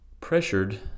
pressured